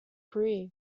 career